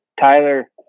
Tyler